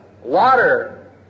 water